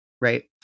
right